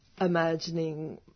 imagining